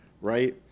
right